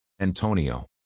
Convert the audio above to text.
Antonio